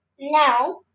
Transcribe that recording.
Now